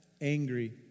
angry